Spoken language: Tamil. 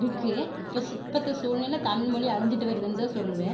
இருக்குது இப்பத்த சூழ்நிலை தமிழ்மொழி அழிஞ்சுட்டு வருதுன்னு தான் சொல்வேன்